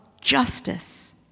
justice